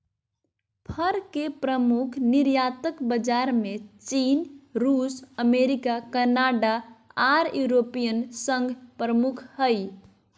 फर के प्रमुख निर्यातक बाजार में चीन, रूस, अमेरिका, कनाडा आर यूरोपियन संघ प्रमुख हई